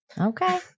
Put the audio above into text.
Okay